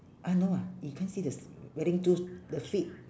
uh no ah you can't see the sli~ wearing two the flip